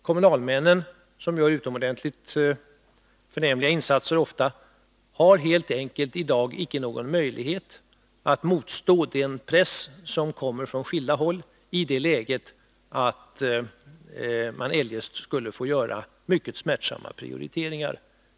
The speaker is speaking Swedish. Kommunalmännen, som ofta gör utomordentligt förnämliga insatser, har i dag helt enkelt inte någon möjlighet att motstå den press som kommer från skilda håll, eftersom de då skulle få göra mycket smärtsamma prioriteringar.